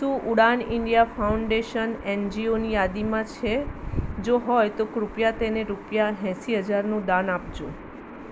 શું Udaan India foundation એનજીઓની યાદીમાં છે જો હોય તો કૃપયા તેને રૂપિયા એંશી હજારનું દાન આપજો